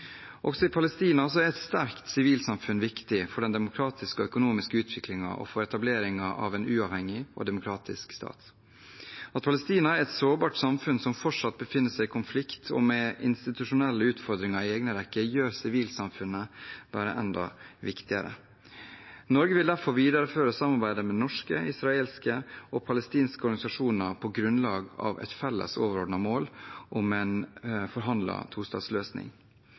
Også i Palestina er et sterkt sivilsamfunn viktig for den demokratiske og økonomiske utviklingen og for etableringen av en uavhengig og demokratisk stat. At Palestina er et sårbart samfunn som fortsatt befinner seg i konflikt – og med institusjonelle utfordringer i egne rekker – gjør sivilsamfunnet bare enda viktigere. Norge vil derfor videreføre samarbeidet med norske, israelske og palestinske organisasjoner – på grunnlag av et felles overordnet mål om en